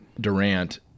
Durant